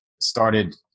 Started